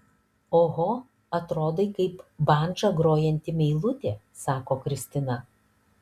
oho atrodai kaip bandža grojanti meilutė sako kristina